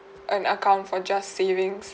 an account for just savings